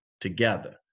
together